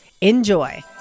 Enjoy